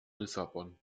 lissabon